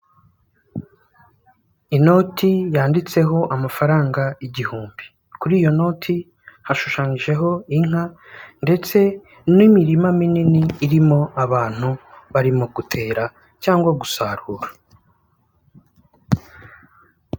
Inoti yanditseho amafaranga igihumbi, kuri iyo noti hashushanyijeho inka ndetse n'imirima minini irimo abantu barimo gutera cyangwa gusarura.